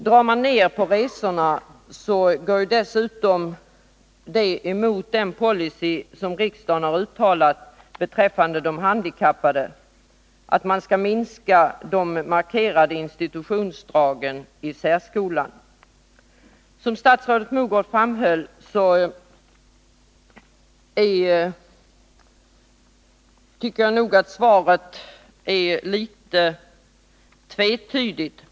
Om man drar ner på resorna går det emot den policy som riksdagen har uttalat beträffande de handikappade, dvs. att man skall minska de markerade institutionsdragen i särskolan. Statsrådet Mogård är litet tvetydig i svaret.